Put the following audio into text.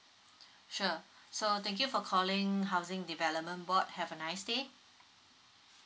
sure so thank you for calling housing development board have a nice day